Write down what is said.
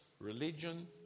religion